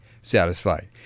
satisfied